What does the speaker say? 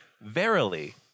Verily